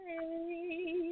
Hey